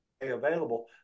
available